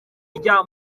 ijya